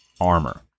armor